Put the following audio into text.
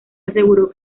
aseguró